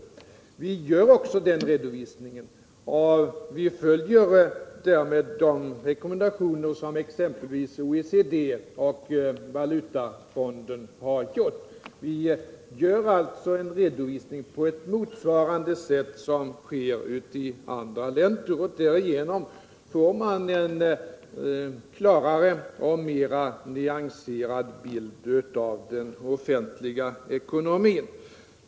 Vi gör också den redovisningen, och vi följer därmed de rekommendationer som exempelvis OECD och Valutafonden har gjort. Vi gör alltså en redovisning av det slag som sker i andra länder, och därigenom får man en klarare och mer nyanserad bild av den offentliga ekonomin.